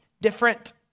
different